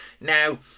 Now